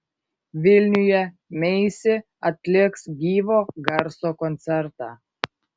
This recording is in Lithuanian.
vilniuje meisi atliks gyvo garso koncertą